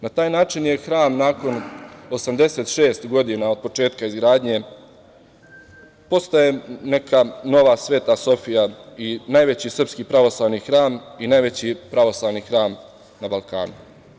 Na taj način je hram nakon 86 godina od početka izgradnje, postaje neka nova Sveta Sofija i najveći srpski pravoslavni hram i najveći pravoslavni hram na Balkanu.